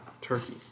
Turkey